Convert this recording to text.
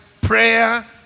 prayer